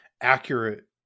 accurate